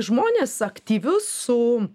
žmones aktyvius su